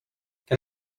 can